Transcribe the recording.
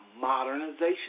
modernization